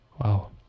wow